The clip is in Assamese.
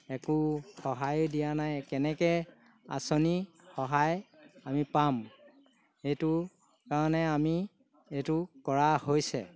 একো সহায়ো দিয়া নাই কেনেকৈ আঁচনি সহায় আমি পাম এইটো কাৰণে আমি এইটো কৰা হৈছে